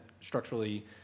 structurally